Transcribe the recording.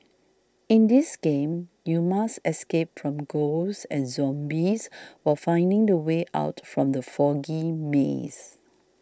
in this game you must escape from ghosts and zombies while finding the way out from the foggy maze